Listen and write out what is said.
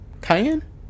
Cayenne